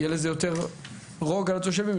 יהיה לזה יותר רוגע לתושבים,